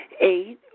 Eight